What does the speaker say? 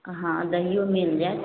हँ दहियो मिल जाएत